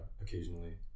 occasionally